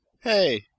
Hey